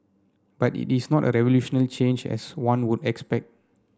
but it is not a revolutionary change as one would expect